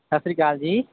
ਸਤਿ ਸ਼੍ਰੀ ਅਕਾਲ ਜੀ